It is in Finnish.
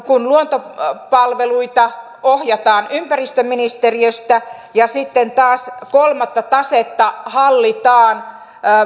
kun luontopalveluita ohjataan ympäristöministeriöstä ja sitten taas kolmatta tasetta hallitaan